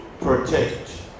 protect